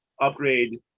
upgrade